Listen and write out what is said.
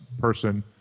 person